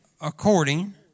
according